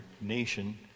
nation